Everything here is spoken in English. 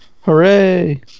Hooray